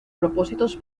propósitos